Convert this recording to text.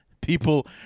people